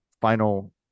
final